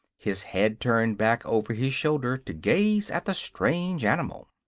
his head turned back over his shoulder to gaze at the strange animal.